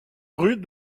rue